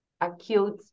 acute